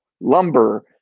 Lumber